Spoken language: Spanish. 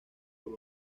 por